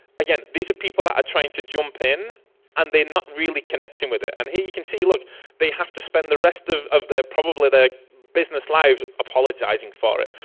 again these are people that are trying to jump in and they not really connected with it. and he can see you look they have to spend the rest of of their probably their business lives apologizing for it.